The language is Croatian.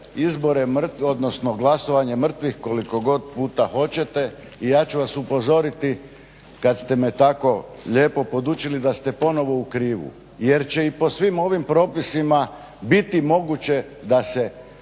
izbore odnosno glasovanje mrtvih koliko god puta hoćete i ja ću vas upozoriti kad ste me tako lijepo podučili da ste ponovo u krivu jer će i po svim ovim propisima biti moguće da se